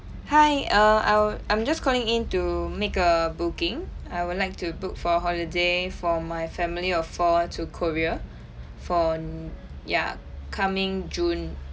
hi uh I'd I'm just calling in to make a booking I would like to book for holiday for my family of four to korea for ya coming june